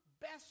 best